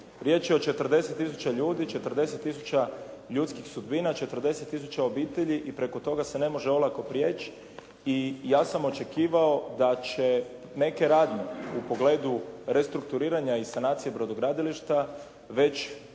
Riječ je o 40 tisuća ljudi, 40 tisuća ljudskih sudbina, 40 tisuća obitelji i preko toga se ne može olako prijeći i ja sam očekivao da će neke radnje u pogledu restrukturiranja i sanacije brodogradilišta već